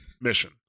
mission